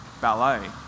ballet